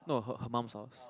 no her her mum's house